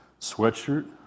sweatshirt